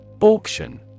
Auction